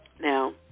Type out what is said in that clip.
Now